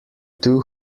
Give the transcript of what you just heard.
two